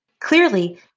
Clearly